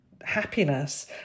happiness